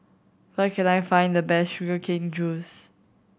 where can I find the best sugar cane juice